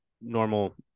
normal